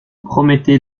promettez